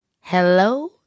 Hello